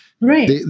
Right